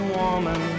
woman